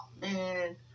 man